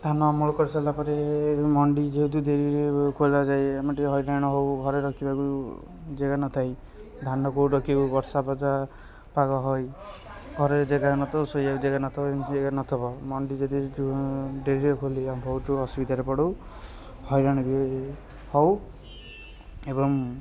ଧାନ ଅମଳ କରିସାରିଲା ପରେ ମଣ୍ଡି ଯେହେତୁ ଡେରିରେ ଖୋଲାଯାଏ ଆମେ ଟିକେ ହଇରାଣ ହଉ ଘରେ ରଖିବାକୁ ଜାଗା ନଥାଇ ଧାନ କେଉଁଠି ରଖିବୁ ବର୍ଷା ଫର୍ଷା ପାଗ ହଇ ଘରେ ଜାଗା ନଥିବ ଶୋଇବାକୁ ଜାଗା ନଥିବ ଏମତି ଜାଗା ନଥିବ ମଣ୍ଡି ଯଦି ଯୋଉଁ ଡେରିରେ ଖୋଲିଲା ବହୁତ ଅସୁବିଧାରେ ପଡ଼ୁ ହଇରାଣ ବି ହଉ ଏବଂ